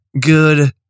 Good